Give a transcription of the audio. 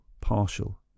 partial